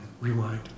Rewind